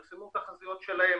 תודה.